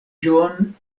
john